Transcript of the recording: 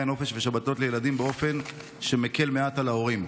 נופש ושבתות לילדים באופן שמקל מעט על ההורים.